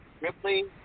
Ripley